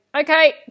Okay